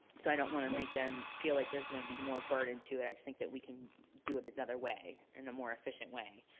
so i don't wanna make them feel like there's gonna be more burden to it, i just think that we can do it another way, in a more efficient way.